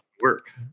work